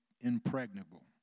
impregnable